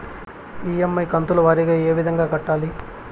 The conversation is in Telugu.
ఇ.ఎమ్.ఐ కంతుల వారీగా ఏ విధంగా కట్టాలి